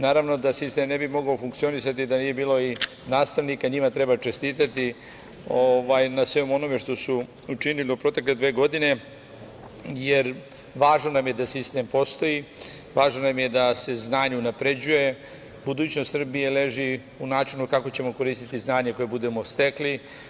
Naravno, da sistem ne bi mogao funkcionisati da nije bilo nastavnika i njima treba čestitati na svemu onome što su učinili u protekle dve godine, jer važno nam je da sistem postoji, važno nam je da se znanje unapređuje, budućnost Srbije leži u načinu kako ćemo koristiti znanje koje budemo stekli.